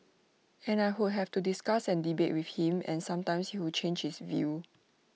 and I would have to discuss and debate with him and sometimes he would change his view